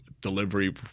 delivery